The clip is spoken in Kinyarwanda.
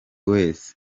wese